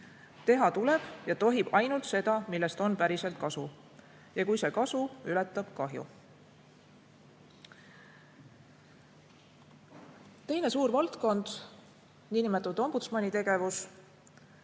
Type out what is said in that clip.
Teha tuleb ja tohib ainult seda, millest on päriselt kasu ja kui see kasu ületab kahju. Teine suur valdkond, niinimetatud ombudsmani tegevus,